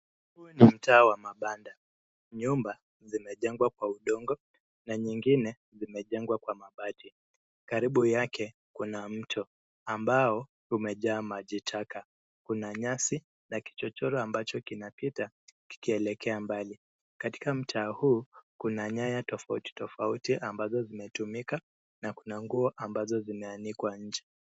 Huu ni mtaa wa mabanda. Nyumba zimejengwa kwa udongo na nyengine zimejengwa kwa mabati. Karibu yake kuna mto ambao umejaa maji taka. Kuna nyasi na kichochoro ambacho kinapita kikielekea mbali. Katika mtaa huu kuna nyaya tofautitofauti ambayo imetumika na kuna nguo tofauti.